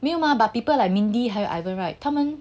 没有吗 people like mindy 还有 ivan right 他们